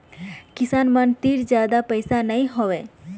किसान मन तीर जादा पइसा नइ होवय